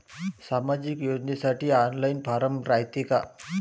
सामाजिक योजनेसाठी online form रायते का?